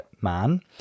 man